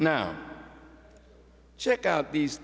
now check out these